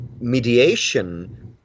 mediation